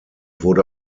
wurde